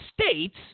states